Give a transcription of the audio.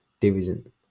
division